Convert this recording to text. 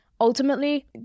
ultimately